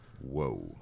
Whoa